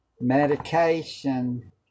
medication